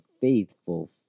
faithful